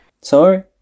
Sorry